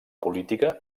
política